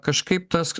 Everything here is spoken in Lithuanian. kažkaip tas